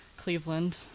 cleveland